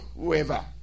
whoever